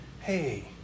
Hey